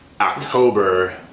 October